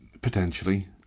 potentially